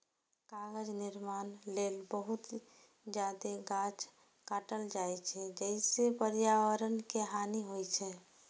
कागज निर्माण लेल बहुत जादे गाछ काटल जाइ छै, जइसे पर्यावरण के हानि होइ छै